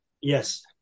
Yes